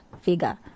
figure